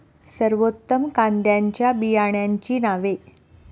सर्वोत्तम कांद्यांच्या बियाण्यांची नावे?